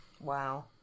wow